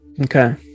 Okay